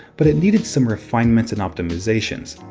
but it needed some refinements and optimizations.